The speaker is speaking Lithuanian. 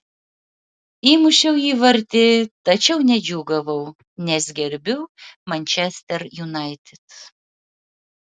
įmušiau įvartį tačiau nedžiūgavau nes gerbiu manchester united